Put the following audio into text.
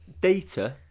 data